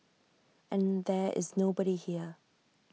and there is nobody here